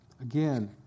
Again